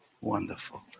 wonderful